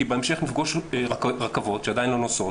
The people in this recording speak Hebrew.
כי בהמשך נפגוש רכבות שעדיין לא נוסעות,